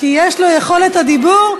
כי יש לו יכולת הדיבור.